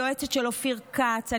היועצת של אופיר כץ.